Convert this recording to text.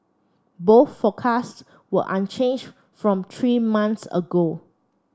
both forecasts were unchanged from three months ago